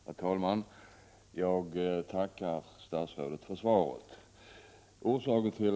Herr talman! Jag tackar statsrådet för svaret.